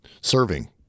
serving